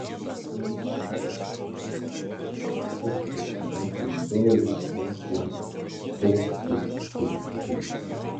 vėjas vos šiurena medžių lapus bet prinokę migdolai vis vien krinta pupt pupt pupt pupt